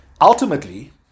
Ultimately